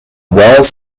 walls